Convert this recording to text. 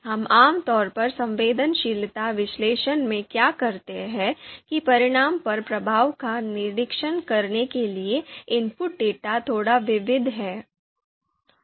हम आम तौर पर संवेदनशीलता विश्लेषण में क्या करते हैं कि परिणाम पर प्रभाव का निरीक्षण करने के लिए इनपुट डेटा थोड़ा विविध है